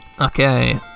Okay